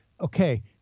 okay